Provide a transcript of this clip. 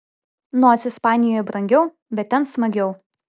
nors ispanijoje brangiau bet ten smagiau